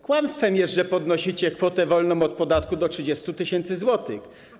Kłamstwem jest, że podnosicie kwotę wolną od podatku do 30 tys. zł.